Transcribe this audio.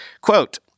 Quote